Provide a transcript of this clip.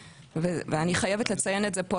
ואני חייבת לציין את זה פה,